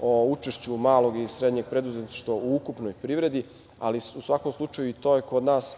o učešću malog i srednjeg preduzetništva u ukupnoj privredi, ali u svakom slučaju i to je kod nas